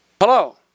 Hello